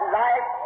life